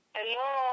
Hello